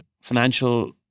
financial